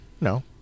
No